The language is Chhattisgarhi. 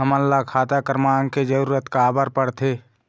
हमन ला खाता क्रमांक के जरूरत का बर पड़थे?